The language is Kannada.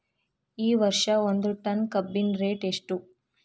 ಈ ವರ್ಷ ಒಂದ್ ಟನ್ ಕಬ್ಬಿನ ರೇಟ್ ಎಷ್ಟು?